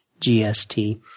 GST